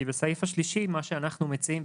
כי בסעיף (3) מה שאנחנו מציעים,